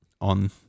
on